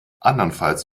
andernfalls